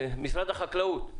משרד החקלאות,